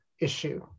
issue